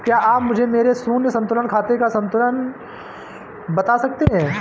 क्या आप मुझे मेरे शून्य संतुलन खाते का संतुलन बता सकते हैं?